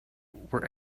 were